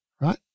right